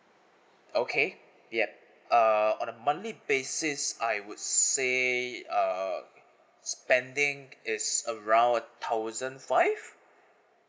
okay yup uh on a monthly basis I would say uh spending it's around a thousand five